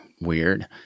weird